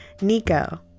Nico